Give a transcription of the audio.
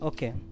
Okay